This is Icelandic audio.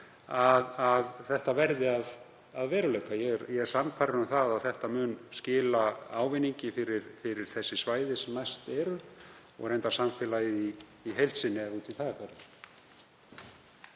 að þetta verði að veruleika. Ég er sannfærður um að þetta muni skila ávinningi fyrir þau svæði sem næst eru og reyndar samfélagið í heild sinni ef út í það er farið.